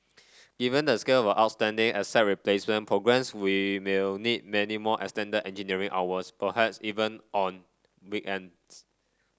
given the scale of outstanding asset replacement progress we will need many more extended engineering hours perhaps even on weekends